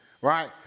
right